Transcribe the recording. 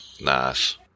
Nice